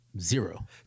zero